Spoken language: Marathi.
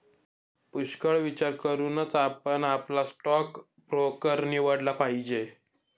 पुष्कळ विचार करूनच आपण आपला स्टॉक ब्रोकर निवडला पाहिजे